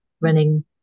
running